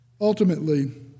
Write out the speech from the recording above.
Ultimately